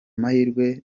mahirwe